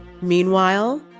Meanwhile